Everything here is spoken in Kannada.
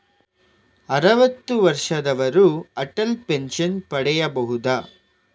ಅರುವತ್ತು ವರ್ಷದವರು ಅಟಲ್ ಪೆನ್ಷನ್ ಪಡೆಯಬಹುದ?